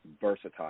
versatile